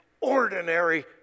ordinary